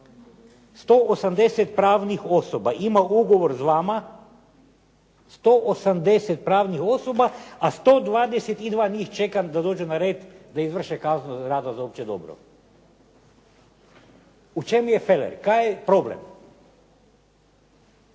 180 pravnih osoba, a 122 njih čeka da dođu na red da izvrše kaznu rada za opće dobro. U čemu je feler? Kaj je problem?